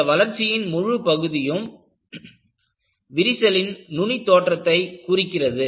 இந்த வளர்ச்சியின் முழு பகுதியும் விரிசலின் நுனி தோற்றத்தை குறிக்கிறது